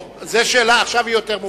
זאת שאלה, עכשיו היא יותר מובנת.